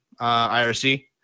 IRC